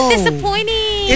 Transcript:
disappointing